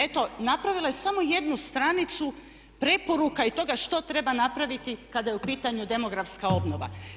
Eto napravila je samo jednu stranicu preporuka i toga što treba napraviti kada je u pitanju demografska obnova.